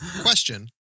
Question